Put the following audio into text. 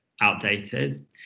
outdated